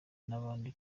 n’abandi